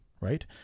right